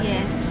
Yes